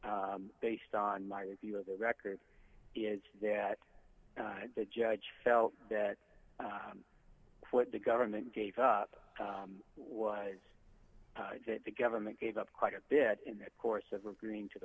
n based on my review of the record is that the judge felt that what the government gave up was that the government gave up quite a bit in the course of agreeing to the